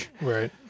right